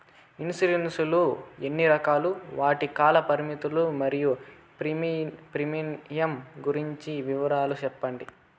Insurance లు ఎన్ని రకాలు? వాటి కాల పరిమితులు మరియు ప్రీమియం గురించి వివరాలు సెప్పండి?